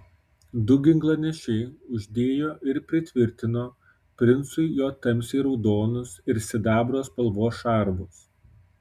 du ginklanešiai uždėjo ir pritvirtino princui jo tamsiai raudonus ir sidabro spalvos šarvus